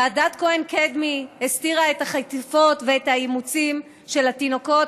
ועדת כהן-קדמי הסתירה את החטיפות ואת האימוצים של התינוקות,